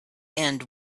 end